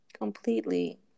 completely